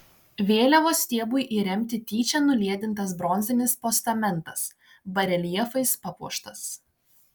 vėliavos stiebui įremti tyčia nuliedintas bronzinis postamentas bareljefais papuoštas